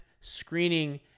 screening